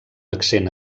accent